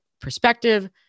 perspective